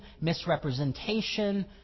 misrepresentation